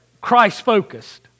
Christ-focused